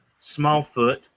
Smallfoot